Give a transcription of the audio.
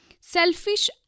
selfish